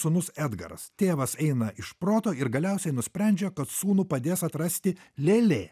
sūnus edgaras tėvas eina iš proto ir galiausiai nusprendžia kad sūnų padės atrasti lėlė